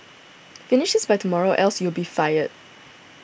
finish this by tomorrow or else you'll be fired